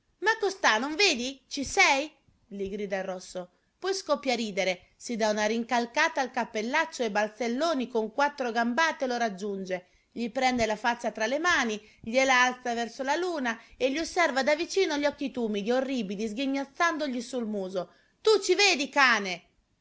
ma costà non vedi ci sei gli grida il rosso poi scoppia a ridere si dà una rincalcata al cappellaccio e balzelloni con quattro gambate lo raggiunge gli prende la faccia tra le mani gliela alza verso la luna e gli osserva da vicino gli occhi tumidi orribili sghignandogli sul muso tu ci vedi cane